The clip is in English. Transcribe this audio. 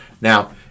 Now